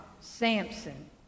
Samson